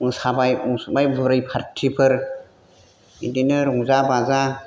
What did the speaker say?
मोसाबाय मुसुरबाय बुरै पार्टिफोर बिदिनो रंजा बाजा